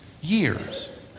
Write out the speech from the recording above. years